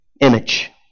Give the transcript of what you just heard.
image